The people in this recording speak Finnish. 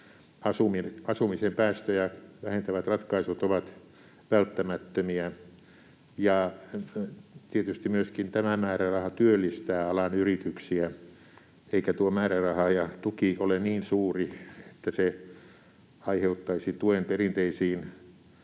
Asumisen päästöjä vähentävät ratkaisut ovat välttämättömiä. Tietysti myöskin tämä määräraha työllistää alan yrityksiä, eikä tuo määräraha ja tuki ole niin suuri, että se aiheuttaisi tuen perinteisiin